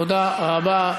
תודה רבה.